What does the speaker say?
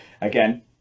again